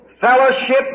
fellowship